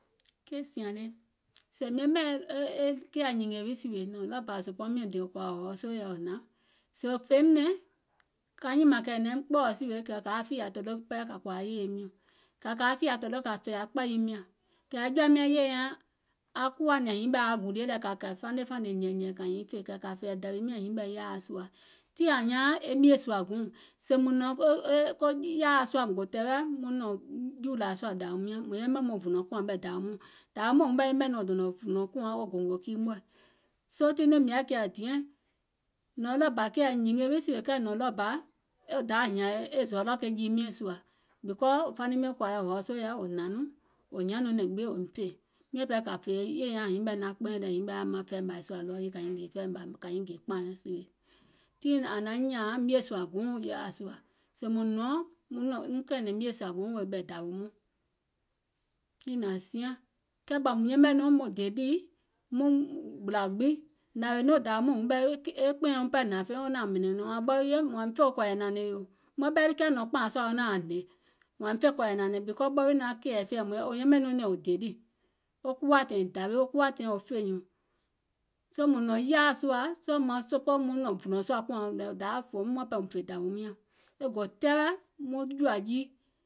Sèè mìŋ yɛmɛ̀ keìɛ nyìngè wì sìwè ɗɔɔbȧ zòòbɔɔŋ miɔ̀ŋ dè kɔ̀ȧ wò hɔɔsò yɛi wò hnȧŋ, sèè wò fèìm nɛ̀ŋ ka nyìmȧŋ kɛ̀ è naim kpɔ̀ɔ̀ sìwè kɛ̀ kȧa fìyȧ tòloò im pɛɛ kȧ kòȧ yèye miɔ̀ŋ, kɛ̀ kȧa fìyȧ tòloò kȧ fè aŋ kpȧyiim nyȧŋ, kɛ̀ aŋ jɔ̀ȧim nyȧŋ yè nyȧŋ aŋ kuwà nɛ̀ŋ hiŋ ɓɛɛ aŋ yaȧ gulie lɛ̀ kɛ̀ kȧiŋ fanè nyɛ̀ɛ̀nyɛ̀ɛ̀ kȧ nyiŋ fè kɛ̀ kȧ fè dȧwiim nyiŋ hiŋ ɓɛɛ yaȧa sùȧ, tii ȧŋ nyaaŋ e mìèsùȧ guùŋ, sèè mùŋ nɔ̀ŋ wɔŋ yaȧa sùȧ gò tɛɛwɛ̀ maŋ nɔ̀ŋ jùùlȧ sùȧ dȧwium nyȧŋ, mùŋ yɛmɛ̀ maŋ vùnlɔ̀ŋ kùȧŋ ɓɛ̀ dȧwium nyȧŋ, soo tiŋ nɔŋ mìŋ yaȧ kiȧ diɛŋ, nɔ̀ɔŋ ɗɔɔbȧ keìɛ nyìngè wiì sìwè kɛɛ nɔ̀ɔŋ ɗɔɔbȧ wo dayȧ hìȧŋ e zɔlɔ̀ ke jii miɛ̀ŋ sùȧ, because wo faniŋ miɔ̀ŋ kɔ̀ȧ yɛi hɔɔso wò hnȧŋ nɔŋ wò hiȧŋ nɔŋ nɛ̀ŋ gbiŋ wòim fè, miȧŋ ɓɛɛ kȧ fè yè nyȧŋ hiŋ ɓɛɛ naŋ kpɛɛ̀ŋ lɛ hiŋ ɓɛɛ yaȧ maŋ fɛɛ̀mȧì sùȧ lɛ ɗɔɔ yii, tiŋ ȧŋ naŋ nyȧȧŋ mìèsùȧguùŋ yaȧa sùȧ, kɛɛ ɓɔ̀ùm yɛmɛ̀ nɔŋ maŋ dè ɗì muŋ gbìlȧ gbiŋ, nȧwèè nɔŋ dȧwi mɔɔ̀ŋ huŋ ɓɛɛ e kpɛ̀ɛŋ eum ɓɛɛ hnȧŋ feìŋ wo naȧŋ nyɛ̀nɛ̀ŋ nɛ̀ŋ wȧȧŋ ɓɔ wii yo miŋ fè kɔ̀ɔ̀yɛ̀ nȧnɛ̀ŋ yò, maŋ ɓɛɛ kiȧ nɔ̀ŋ kpȧaŋ sùȧ wo naȧaŋ hnè, wȧȧŋ miŋ fè kɔ̀ɔ̀yɛ̀ nȧnɛ̀ŋ because ɓɔ wii naŋ kɛ̀ɛ̀fɛ̀ɛ̀, wò yɛmɛ̀ nɔŋ nɛ̀ŋ wò dè ɗì, wo kuwȧ tàìŋ dȧwi wo kuwȧ taìŋ wo fè nyùùŋ, soo sèèùm nɔ̀ŋ yaȧa sùȧ sɔɔ̀ maŋ sopoò maŋ nɔ̀ɔ̀ŋ vùlɔ̀ŋ sùȧ kùȧŋ bɛ̀ dȧwium nyȧŋ, e gò tɛɛwɛ̀ maŋ jùȧ jii,